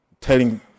telling